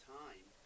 time